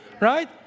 right